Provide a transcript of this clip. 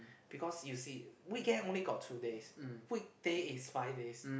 because you see weekend only got two days weekday is five days